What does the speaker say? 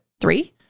three